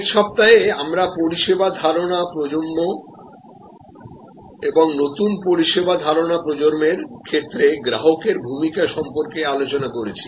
আগের সপ্তাহে আমরা পরিষেবা ধারণা প্রজন্ম এবং নতুন পরিষেবা ধারণা প্রজন্মের ক্ষেত্রে গ্রাহকের ভূমিকা সম্পর্কে আলোচনা করেছি